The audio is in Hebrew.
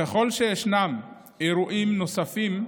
ככל שישנם אירועים נוספים,